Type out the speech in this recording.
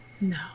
no